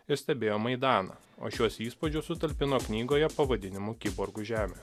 ir stebėjo maidaną o šiuos įspūdžius sutalpino knygoje pavadinimu kiborgų žemė